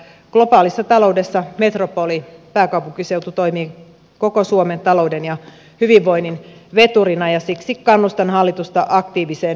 globaalissa taloudessa metropoli pääkaupunkiseutu toimii koko suomen talouden ja hyvinvoinnin veturina ja siksi kannustan hallitusta aktiiviseen metropolipolitiikkaan